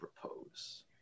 propose